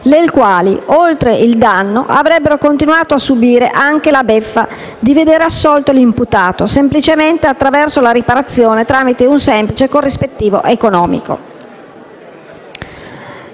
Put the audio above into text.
le quali, oltre al danno, avrebbero continuato a subire anche la beffa di vedere assolto l'imputato attraverso la riparazione tramite un semplice corrispettivo economico.